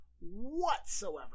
whatsoever